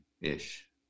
ish